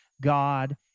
God